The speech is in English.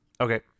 okay